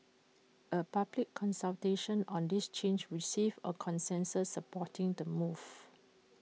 A public consultation on this change received A consensus supporting the move